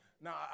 Now